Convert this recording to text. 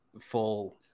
full